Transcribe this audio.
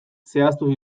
zehaztu